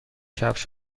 کفش